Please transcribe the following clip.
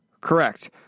Correct